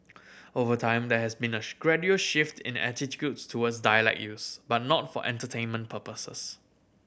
over time there has been a gradual shift in attitudes towards dialect use but not for entertainment purposes